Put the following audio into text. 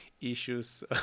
issues